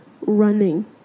running